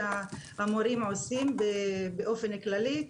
שהמורים עושים באופן כללי.